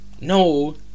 No